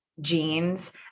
jeans